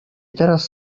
teraz